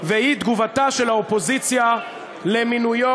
והיא תגובתה של האופוזיציה למינויו,